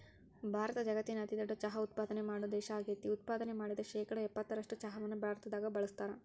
ಭಾರತ ಜಗತ್ತಿನ ಅತಿದೊಡ್ಡ ಚಹಾ ಉತ್ಪಾದನೆ ಮಾಡೋ ದೇಶ ಆಗೇತಿ, ಉತ್ಪಾದನೆ ಮಾಡಿದ ಶೇಕಡಾ ಎಪ್ಪತ್ತರಷ್ಟು ಚಹಾವನ್ನ ಭಾರತದಾಗ ಬಳಸ್ತಾರ